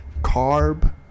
Carb